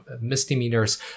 misdemeanors